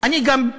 אני גם,